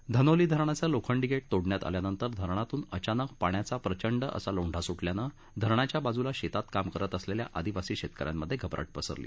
धनोली धरणाचे लोखंडी गेट तोडण्यात आल्यानंतर धरणातून अचानक पाण्याचा प्रचंड असा लोंढा सुटल्याने धरणाच्या बाजूस शेतात काम करीत असलेल्या आदिवासी शेतकऱ्यांमध्ये घबराट पसरली